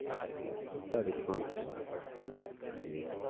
اچھا اتنا ڈسکاؤنٹ ہوگا جی اچھا